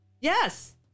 Yes